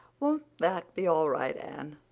won't that be all right, anne?